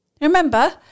Remember